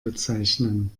bezeichnen